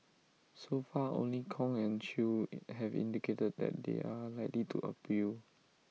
so far only Kong and chew have indicated that they are likely to appeal